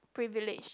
privilege